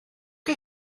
chi